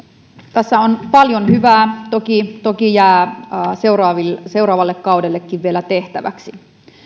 tässä on paljon hyvää toki toki jää seuraavalle kaudellekin vielä tehtäväksi